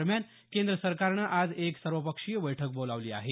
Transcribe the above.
दरम्यान केंद्र सरकारनं आज एक सर्वपक्षीय बैठक बोलावली आहे